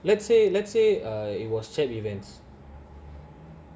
let's say let's say err it was chat events